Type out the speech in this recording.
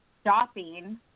stopping